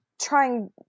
trying